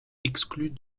exclue